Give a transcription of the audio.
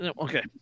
okay